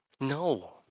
No